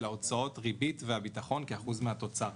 הוצאות הריבית והביטחון כאחוז מהתוצר.